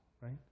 right